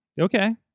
Okay